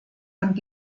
und